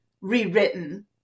rewritten